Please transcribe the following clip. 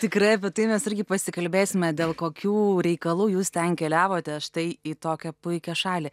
tikrai apie tai mes irgi pasikalbėsime dėl kokių reikalų jūs ten keliavote štai į tokią puikią šalį